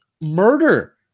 murder